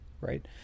right